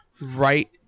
Right